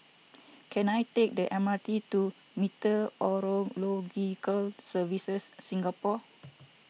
can I take the M R T to Meteorological Services Singapore